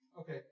Okay